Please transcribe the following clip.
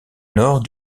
nord